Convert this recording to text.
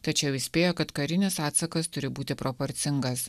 tačiau įspėjo kad karinis atsakas turi būti proporcingas